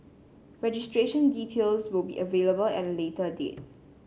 registration details will be available at a later date